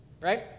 Right